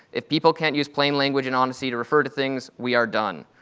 if people can't use plain language and honesty to refer to things, we are done.